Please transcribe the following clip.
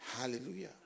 Hallelujah